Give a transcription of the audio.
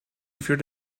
achieve